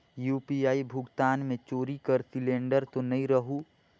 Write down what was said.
UPI भुगतान मे चोरी कर सिलिंडर तो नइ रहु?